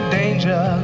danger